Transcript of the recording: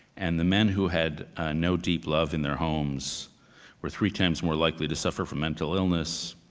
and the men who had no deep love in their homes were three times more likely to suffer from mental illness,